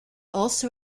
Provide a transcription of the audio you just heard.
also